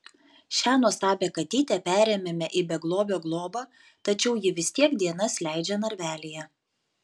šią nuostabią katytę perėmėme į beglobio globą tačiau ji vis tiek dienas leidžia narvelyje